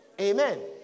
amen